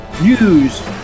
News